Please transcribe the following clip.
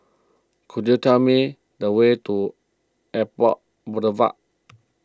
could you tell me the way to Airport Boulevard